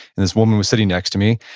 and this woman was sitting next to me,